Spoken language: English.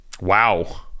wow